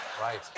Right